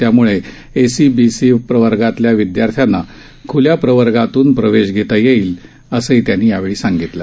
त्यामुळं एसईबीसी प्रवर्गातल्या विदयार्थ्यांना खुल्या प्रवर्गातून प्रवेश घेता येईल असं त्यांनी यावेळी सांगितलं